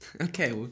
Okay